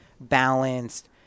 balanced